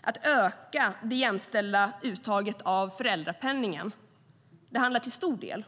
Att öka det jämställda uttaget av föräldrapenningen handlar till stor del,